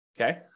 Okay